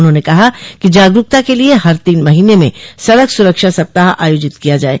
उन्होंने कहा कि जागरूकता के लिए हर तीन महीने में सड़क सुरक्षा सप्ताह आयोजित किया जाये